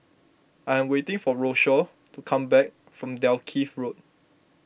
I am waiting for Rochelle to come back from Dalkeith Road